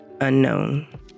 unknown